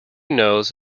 knows